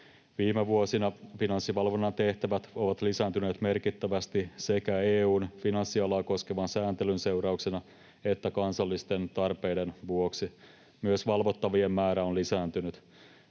Viime vuosina Finanssivalvonnan tehtävät ovat lisääntyneet merkittävästi sekä EU:n finanssialaa koskevan sääntelyn seurauksena että kansallisten tarpeiden vuoksi. Myös valvottavien määrä on lisääntynyt.